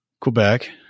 Quebec